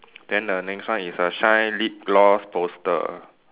then the next one is err shine lip gloss poster